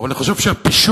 אבל אני חושב שהפישור